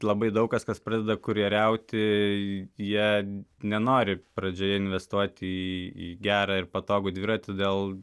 labai daug kas kas pradeda kurjeriauti jie nenori pradžioje investuoti į gerą ir patogų dviratį todėl